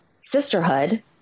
sisterhood